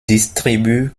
distribue